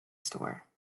store